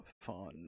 fun